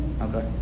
Okay